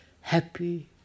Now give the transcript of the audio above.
happy